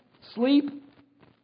sleep